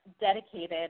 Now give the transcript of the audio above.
dedicated